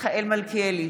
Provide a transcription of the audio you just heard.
מיכאל מלכיאלי,